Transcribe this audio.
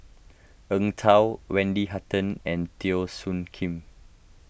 Eng Tow Wendy Hutton and Teo Soon Kim